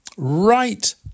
right